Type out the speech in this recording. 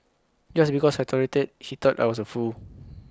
just because I tolerated he thought I was A fool